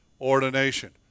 ordination